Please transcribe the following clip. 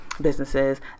businesses